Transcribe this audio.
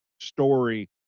story